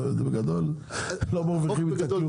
אז בגדול לא מרוויחים איתם כלום.